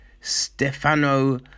Stefano